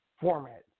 format